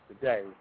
today